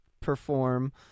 perform